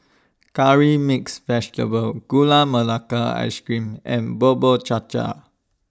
Curry Mixed Vegetable Gula Melaka Ice Cream and Bubur Cha Cha